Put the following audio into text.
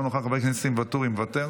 אינו נוכח,